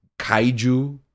kaiju